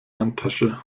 handtasche